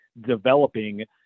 developing